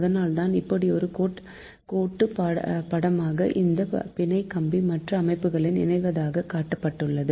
அதனால்தான் இப்படி ஒரு கோட்டு படமாக இந்த பிணை கம்பி மற்ற அமைப்புடன் இணைவதாக கா ட்டப்பட்டுள்ளது